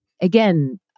again